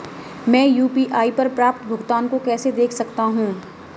मैं यू.पी.आई पर प्राप्त भुगतान को कैसे देख सकता हूं?